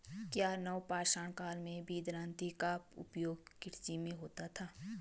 क्या नवपाषाण काल में भी दरांती का उपयोग कृषि में होता था?